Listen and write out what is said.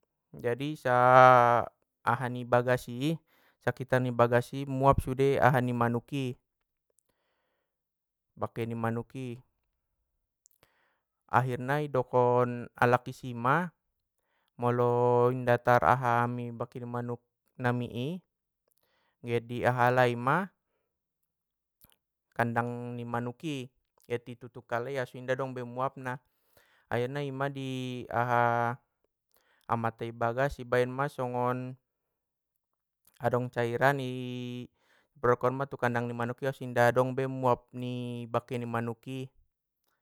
Jadi sa aha ni bagas i sakitar ni bagas i muap sude aha ni manuk i, bakke ni manuk i, akhirna i dokon alak i sima, molo inda tar aha ami bangke ni manuk nami i get di aha alai ma, kandang ni manuk i, get i tutung kalai anso inda dong muapna, akhirna ima i aha amatta i bagas i baen ma songgon, adong cairan i doropkon ma tu kandang ni manuk i anso inda dong be muap bangke ni manuk i.